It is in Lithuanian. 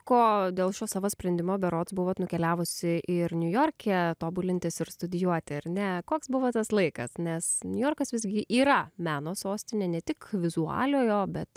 ko dėl šio savo sprendimo berods buvot nukeliavusi ir niujorke tobulintis ir studijuoti ar ne koks buvo tas laikas nes niujorkas visgi yra meno sostinė ne tik vizualiojo bet